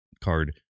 card